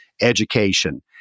education